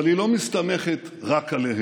אבל היא לא מסתמכת רק עליהם.